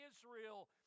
Israel